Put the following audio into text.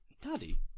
Daddy